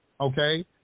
okay